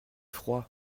froid